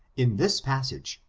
in this passage,